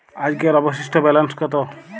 আজকের অবশিষ্ট ব্যালেন্স কত?